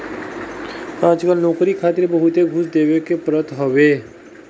आजकल नोकरी खातिर बहुते घूस देवे के पड़त हवे